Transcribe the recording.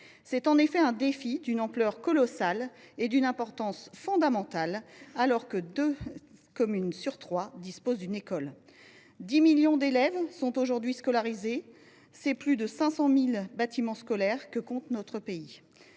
C’est en effet un défi d’une ampleur colossale et d’une importance fondamentale, alors que deux communes sur trois disposent d’une école : 10 millions d’élèves sont aujourd’hui scolarisés dans les 50 000 bâtiments scolaires et plus que compte notre pays,